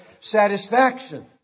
satisfaction